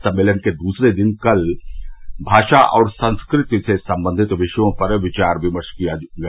सम्मेलन के दूसरे दिन कल भाषा और संस्कृति से संबंधित विषयों पर विचार विमर्श किया गया